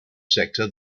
sector